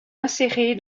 insérée